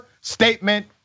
statement